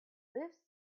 lifts